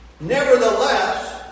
nevertheless